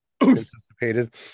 anticipated